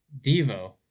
Devo